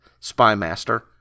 spymaster